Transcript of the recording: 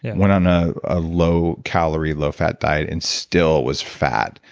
and went on a ah low calorie low fat diet and still was fat,